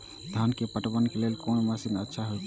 धान के पटवन के लेल कोन मशीन अच्छा होते?